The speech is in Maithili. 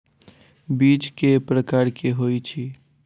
बीज केँ प्रकार कऽ होइ छै?